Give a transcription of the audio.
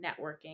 networking